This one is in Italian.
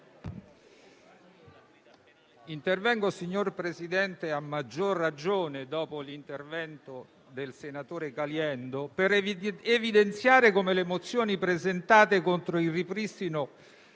Presidente, intervengo a maggior ragione dopo l'intervento del senatore Caliendo per evidenziare come le mozioni presentate contro il ripristino